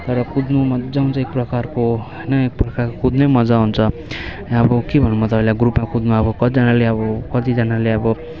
तर कुद्नु मज्जा आउँछ एक प्रकारको होइन एक प्रकारको कुद्नै मज्जा आउँछ अब के भनौँ म तपाईँलाई ग्रुपमा कुद्नु अब कतिजनाले अब कतिजनाले अब